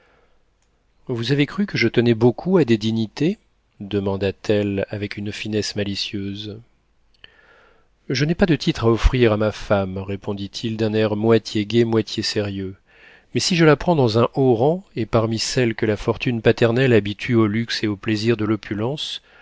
vous avez cru que je tenais beaucoup à des dignités demanda-t-elle avec une finesse malicieuse je n'ai pas de titres à offrir à ma femme répondit-il d'un air moitié gai moitié sérieux mais si je la prends dans un haut rang et parmi celles que la fortune paternelle habitue au luxe et aux plaisirs de l'opulence